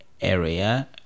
area